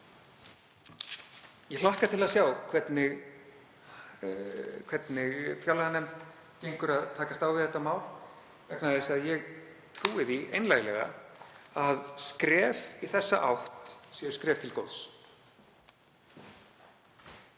Ég hlakka til að sjá hvernig fjárlaganefnd gengur að takast á við þetta mál vegna þess að ég trúi því einlæglega að skref í þessa átt séu skref til góðs.